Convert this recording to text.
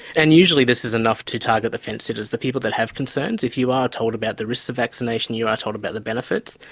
and usually this is enough to target the fence sitters, the people that have concerns. if you are told about the risks of vaccination, you are told about the benefits,